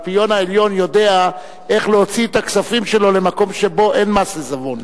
האלפיון העליון יודע איך להוציא את הכספים שלו למקום שבו אין מס עיזבון.